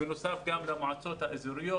בנוסף אני מתייחס גם למועצות האזוריות